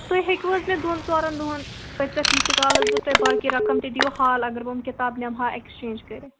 تُہۍ ہیٚکوٕ حظ مےٚ دۄن ژورن دۄہن پٔژِتھ ییٖتِس کالس بہٕ تۄہہِ باقٕے رقم تہِ دِیِو حال اگر بہٕ یِم کِتابہٕ نِمہٕ ہا اکسچینٛج کٔرِتھ